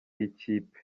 y’ikipe